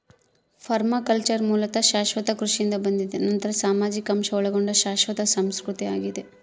permaculture ಮೂಲತಃ ಶಾಶ್ವತ ಕೃಷಿಯಿಂದ ಬಂದಿದೆ ನಂತರ ಸಾಮಾಜಿಕ ಅಂಶ ಒಳಗೊಂಡ ಶಾಶ್ವತ ಸಂಸ್ಕೃತಿ ಆಗಿದೆ